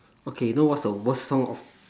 okay you know what's the worst song of